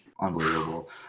unbelievable